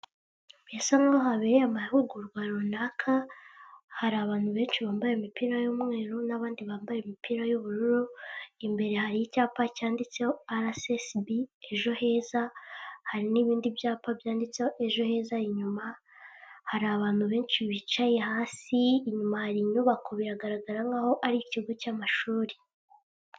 yase nk nkaho habere amahugurwa runaka hari abantu benshi bambaye imipira y'umweru n'abandi bambaye imipira y'ubururu imbere hari icyapa cyanditseho rcsb ejo heza hari n'ibindi byapa byanditseho ejo heza inyuma hari abantu benshi bicaye hasi inyuma hari inyubako biragaragara nk nkaho ari ikigo cy'amashuri